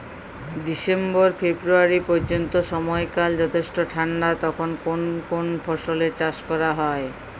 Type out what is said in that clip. December February পর্যন্ত সময়কাল যথেষ্ট ঠান্ডা তখন কোন কোন ফসলের চাষ করা হয়?